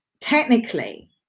technically